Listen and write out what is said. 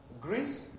Greece